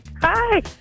Hi